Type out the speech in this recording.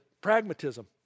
pragmatism